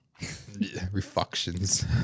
Reflections